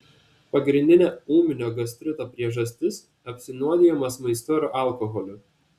pagrindinė ūminio gastrito priežastis apsinuodijimas maistu ar alkoholiu